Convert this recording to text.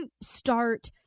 start